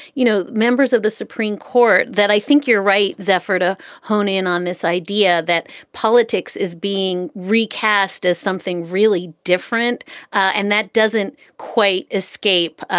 you know, members of the supreme court, that i think you're right. zeffira hone in on this idea that politics is being recast as something really different and that doesn't quite escape.